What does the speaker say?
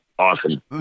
awesome